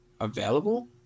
available